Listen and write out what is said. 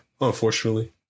Unfortunately